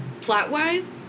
plot-wise